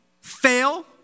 fail